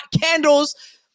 candles